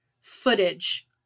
footage